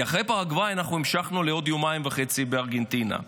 כי אחרי פרגוואי אנחנו המשכנו לעוד יומיים וחצי בארגנטינה.